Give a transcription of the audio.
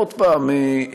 עוד פעם,